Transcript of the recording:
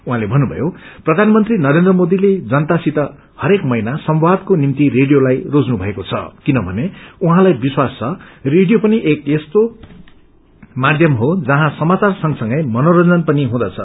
उहाँले भन्नुथयो प्रधानगंत्री नरेन्द्र मोदीले जनतासित हरेक महिना संवादको निम्ति रेडियालाई रोज्नु भएको छ किनथने उहोँलाई विश्वास छ रेडिडयो पनि एक यस्तो माध्यम हो जहाँ सामाचार संगसँगै मनोरंजन पनि हुँदछ